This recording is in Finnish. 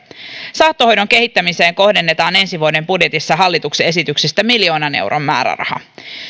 saattohoidon kehittämiseen kohdennetaan ensi vuoden budjetissa hallituksen esityksestä miljoonan euron määräraha